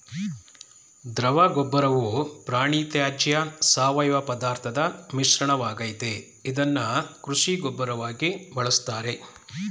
ದ್ರವಗೊಬ್ಬರವು ಪ್ರಾಣಿತ್ಯಾಜ್ಯ ಸಾವಯವಪದಾರ್ಥದ್ ಮಿಶ್ರಣವಾಗಯ್ತೆ ಇದ್ನ ಕೃಷಿ ಗೊಬ್ಬರವಾಗಿ ಬಳುಸ್ತಾರೆ